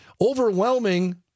overwhelming